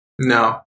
No